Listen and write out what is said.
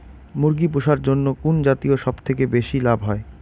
মুরগি পুষার জন্য কুন জাতীয় সবথেকে বেশি লাভ হয়?